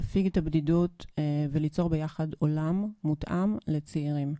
להפיג את הבדידות וליצור ביחד עולם מותאם לצעירים.